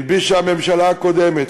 הלבישה הממשלה הקודמת,